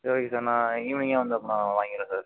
சரி okay sir நான் ஈவினிங்காக வந்து அப்போனா வாங்கிகிறேன் சார்